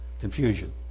Confusion